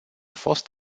fost